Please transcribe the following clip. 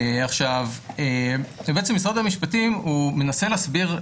עכשיו זה בעצם משרד המשפטים, הוא מנסה להסביר,